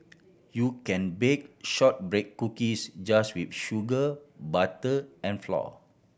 you can bake shortbread cookies just with sugar butter and flour